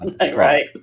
Right